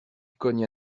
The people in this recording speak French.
cogne